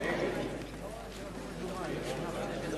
ההצעה להסיר מסדר-היום את הצעת חוק לשכת עורכי-הדין (תיקון,